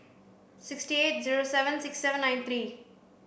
six eight zero seven six seven nine three